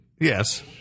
Yes